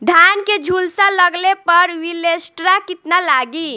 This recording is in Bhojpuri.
धान के झुलसा लगले पर विलेस्टरा कितना लागी?